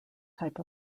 type